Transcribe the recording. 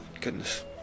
Goodness